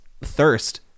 thirst